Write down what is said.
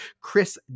Chris